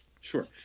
Sure